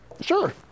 Sure